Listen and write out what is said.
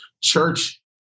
Church